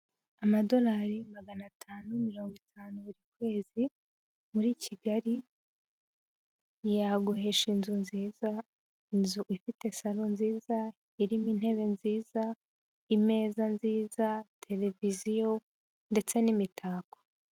Amadolari magana atanu mirongo itanu buri kwezi, muri Kigali, yaguhesha inzu nziza, inzu ifite salo nziza, irimo intebe nziza, imeza nziza, televiziyo ndetse n'imitako.